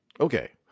okay